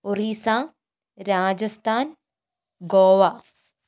Orissa Rajasthan Goa